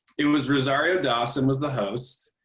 it was rosario dawson was the host.